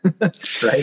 right